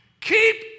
Keep